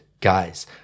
guys